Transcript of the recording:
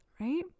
right